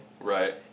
Right